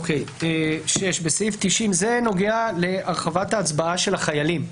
הסעיף הבא נוגע להרחבת ההצבעה של החיילים.